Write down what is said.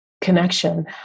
connection